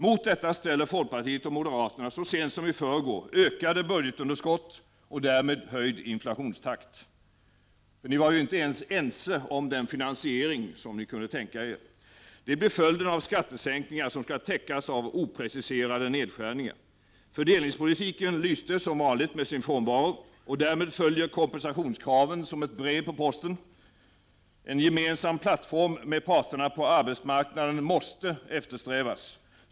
Mot detta ställde folkpartiet och moderaterna så sent som i förrgår ökade budgetunderskott och därmed höjd inflationstakt, men ni var inte ens ense om den finansiering som ni kunde tänka er. Det blir följden av skattesänkningar som skall täckas av opreciserade nedskärningar. Fördelningspolitiken lyste som vanligt med sin frånvaro. Därmed följer kompensationskraven som ett brev på posten. En gemensam plattform med parterna på arbetsmarknaden måste eftersträvas.